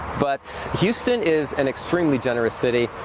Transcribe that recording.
but houston is an extremely generous city.